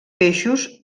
peixos